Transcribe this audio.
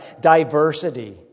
diversity